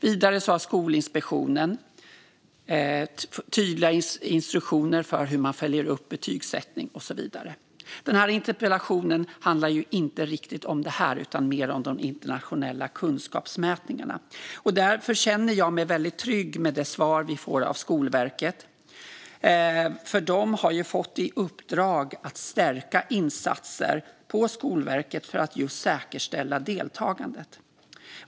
Vidare har Skolinspektionen tydliga instruktioner för hur man följer upp betygsättning och så vidare. Interpellationen handlar inte riktigt om detta utan om de internationella kunskapsmätningarna, och därför känner jag mig väldigt trygg med det svar vi får av Skolverket. De har ju fått i uppdrag att stärka insatser på Skolverket för att just säkerställa deltagandet.